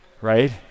right